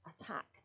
attacked